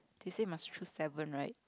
they say must choose seven right